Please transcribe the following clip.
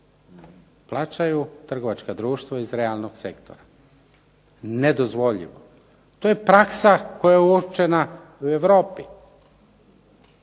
Plaćaju trgovačka društva iz realnog sektora. Nedozvoljivo. To je praksa koja je uočena u Europi